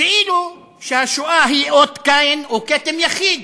כאילו שהשואה היא אות קין או כתם יחיד,